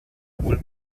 wohl